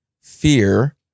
fear